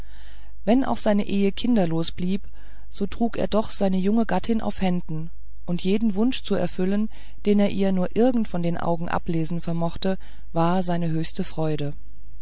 wenn auch seine ehe kinderlos blieb so trug er doch seine junge gattin auf händen und jeden wunsch zu erfüllen den er ihr nur irgend von den augen abzulesen vermochte war seine höchste freude